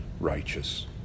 Righteous